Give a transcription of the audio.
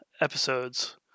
episodes